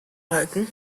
balken